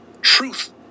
Truth